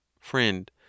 Friend